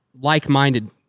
like-minded